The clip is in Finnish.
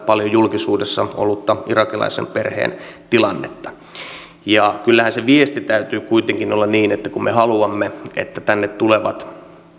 paljon julkisuudessa olleen irakilaisen perheen tilannetta kyllähän se viesti täytyy kuitenkin olla niin että kun me haluamme että tänne tulevat